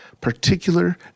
particular